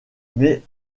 mais